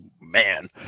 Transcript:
man